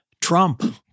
Trump